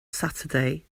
saturday